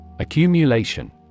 Accumulation